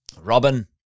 Robin